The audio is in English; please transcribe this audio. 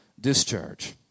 discharge